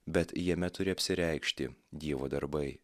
bet jame turi apsireikšti dievo darbai